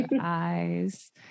eyes